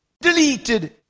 deleted